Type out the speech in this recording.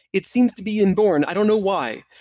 it seems to be inborn, i don't know why.